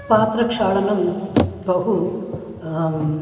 पात्रक्षालनं बहु